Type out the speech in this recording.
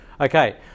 Okay